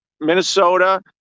Minnesota